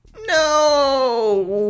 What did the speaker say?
No